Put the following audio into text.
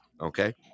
okay